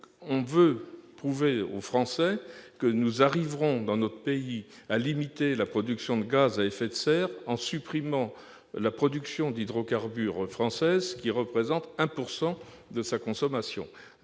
On veut prouver aux Français que nous arriverons dans notre pays à limiter la production de gaz à effet de serre en supprimant la production française d'hydrocarbures, qui représente 1 % de notre consommation.